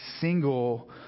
single